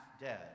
dead